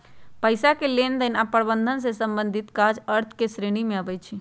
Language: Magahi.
पइसा के लेनदेन आऽ प्रबंधन से संबंधित काज अर्थ के श्रेणी में आबइ छै